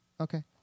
okay